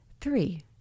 Three